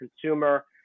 consumer